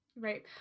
Right